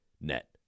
net